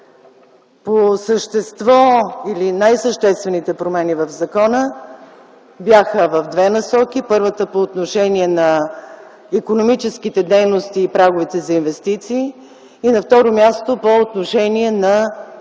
места. Най-съществените промени в закона бяха в две насоки. Първата по отношение на икономическите дейности и прагове за инвестиции. И на второ място, по отношение на мерките за